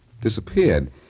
disappeared